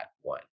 one